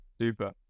super